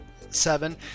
Seven